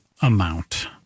amount